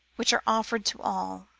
which are offered to all.